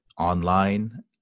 online